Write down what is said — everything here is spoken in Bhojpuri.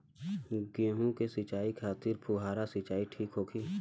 गेहूँ के सिंचाई खातिर फुहारा सिंचाई ठीक होखि?